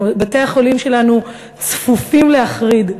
בתי-החולים שלנו צפופים להחריד,